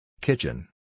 Kitchen